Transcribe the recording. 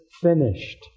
finished